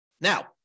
Now